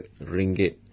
ringgit